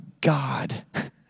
God